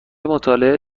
مطالعه